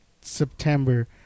September